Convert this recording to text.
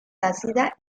ácida